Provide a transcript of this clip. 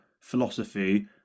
philosophy